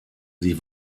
sie